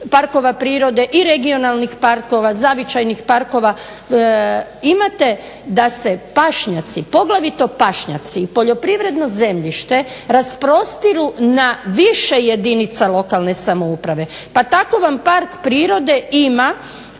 parkova prirode i regionalnih parkova, zavičajnih parkova imate da se pašnjaci, poglavito pašnjaci i poljoprivredno zemljište rasprostiru na više jedinica lokalne samouprave pa tako vam Park prirode ima